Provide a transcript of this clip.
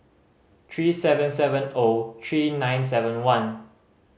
three seven seven O three nine seven one